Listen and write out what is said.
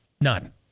None